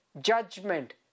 Judgment